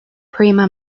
prima